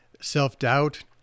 self-doubt